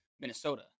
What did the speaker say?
Minnesota